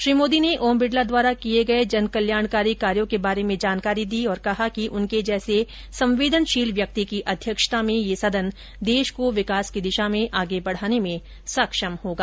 श्री मोदी ने ओम बिड़ला द्वारा किए जन कल्याणकारी कार्यों के बारे में जानकारी दी और कहा कि उनके जैसे संवेदनशील व्यक्ति की अध्यक्षता में यह सदन देश को विकास की दिशा में आगे बढ़ाने में सक्षम होगा